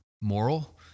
moral